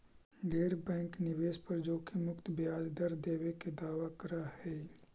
ढेर बैंक निवेश पर जोखिम मुक्त ब्याज दर देबे के दावा कर हई